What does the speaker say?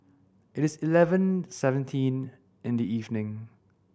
it is eleven seventeen in the evening